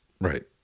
Right